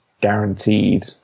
guaranteed